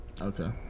okay